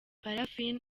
parfine